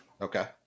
Okay